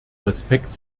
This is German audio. respekt